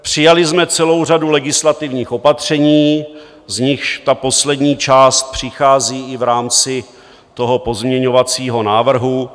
Přijali jsme celou řadu legislativních opatření, z nichž ta poslední část přichází i v rámci toho pozměňovacího návrhu.